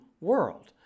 world